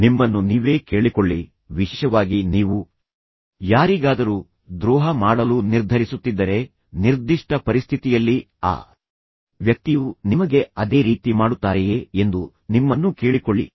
ನಿಮ್ಮನ್ನು ನೀವೇ ಕೇಳಿಕೊಳ್ಳಿ ವಿಶೇಷವಾಗಿ ನೀವು ಯಾರಿಗಾದರೂ ದ್ರೋಹ ಮಾಡಲು ನಿರ್ಧರಿಸುತ್ತಿದ್ದರೆ ನೀವು ಯಾರಿಗಾದರೂ ಅನ್ಯಾಯ ಮಾಡಲು ನಿರ್ಧರಿಸುತ್ತಿದ್ದರೆ ನಿರ್ದಿಷ್ಟ ಪರಿಸ್ಥಿತಿಯಲ್ಲಿ ಆ ವ್ಯಕ್ತಿಯು ನಿಮಗೆ ಅದೇ ರೀತಿ ಮಾಡುತ್ತಾರೆಯೇ ಎಂದು ನಿಮ್ಮನ್ನು ಕೇಳಿಕೊಳ್ಳಿ